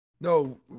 no